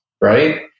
right